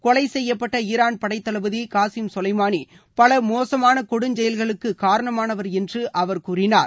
கொலை செய்யப்பட்ட ஈரான் படைத்தளபதி காசிம் சுவைமணி பல மோசமான கொடுங்செயல்களுக்கு காரணமானவர் என்று அவர் கூறினார்